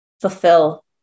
fulfill